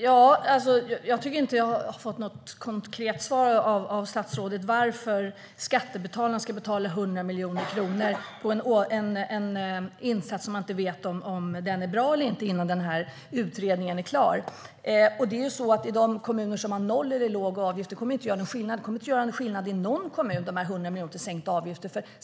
Fru talman! Jag tycker inte att jag har fått något konkret svar av statsrådet på varför skattebetalarna ska betala 100 miljoner kronor för en insats som man inte vet om den är bra eller inte innan utredningen är klar. Det är ju så att i de kommuner som har noll eller låg avgift kommer de här 100 miljonerna till sänkta avgifter inte att göra någon skillnad. De kommer inte att göra någon skillnad i någon kommun.